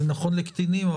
זה נכון לקטינים,